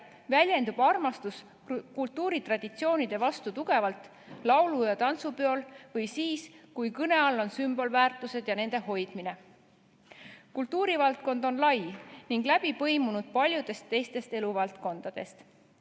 väljendub armastus kultuuritraditsioonide vastu tugevalt laulu- ja tantsupeol ning üldse siis, kui kõne all on sümbolväärtused ja nende hoidmine. Kultuurivaldkond on lai ning läbi põimunud paljude teiste eluvaldkondadega.